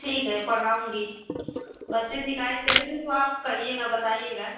ठीक है पढ़ाऊँगी बच्चे शिकायत करेंगे तो आप कहिएगा बताइएगा